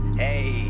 hey